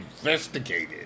investigated